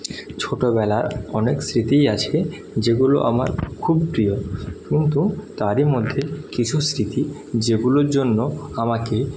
ছোটবেলার অনেক স্মৃতিই আছে যেগুলো আমার খুব প্রিয় কিন্তু তারই মধ্যে কিছু স্মৃতি যেগুলোর জন্য আমাকে